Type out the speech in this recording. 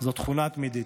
זו תכונה תמידית.